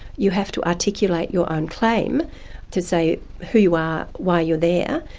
you have to articulate your own claim to say who you are, why you're there.